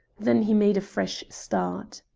then he made a fresh start.